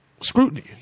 scrutiny